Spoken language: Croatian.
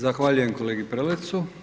Zahvaljujem kolegi Prelecu.